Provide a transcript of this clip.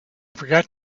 forgot